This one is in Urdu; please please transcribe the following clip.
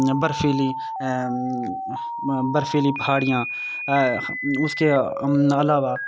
برفیلی برفیلی پہاڑیاں اس کے علاوہ